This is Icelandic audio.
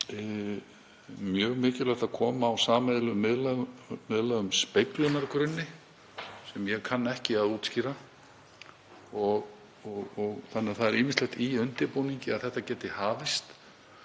mjög mikilvægt að koma á sameiginlegum miðlægum speglunargrunni, sem ég kann ekki að útskýra. Þannig að það er ýmislegt í undirbúningi til að þetta geti hafist